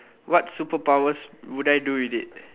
what superpowers would I do with it